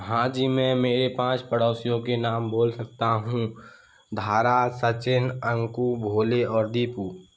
हाँ जी मैं मेरे पाँच पड़ोसियों के नाम बोल सकता हूँ धारा सचिन अंकू भोले और दीपू